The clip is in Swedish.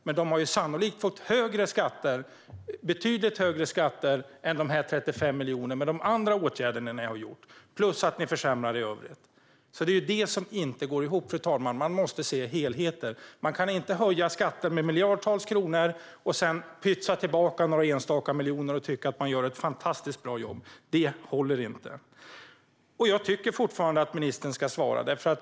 Men de har sannolikt fått betydligt högre skatter än dessa 35 miljoner i och med de andra åtgärderna som ni har vidtagit. Dessutom försämrar ni i övrigt. Det är detta som inte går ihop. Man måste se helheten. Man kan inte höja skatter med miljarder kronor och sedan pytsa tillbaka några enstaka miljoner och tycka att man gör ett fantastiskt bra jobb. Det håller inte. Jag tycker fortfarande att ministern ska svara.